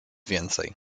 więcej